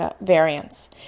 variants